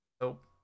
Nope